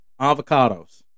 Avocados